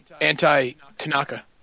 anti-Tanaka